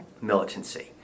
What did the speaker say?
militancy